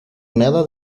nada